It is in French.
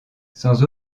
sans